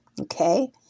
okay